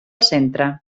centre